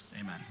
Amen